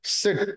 sit